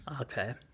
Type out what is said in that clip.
Okay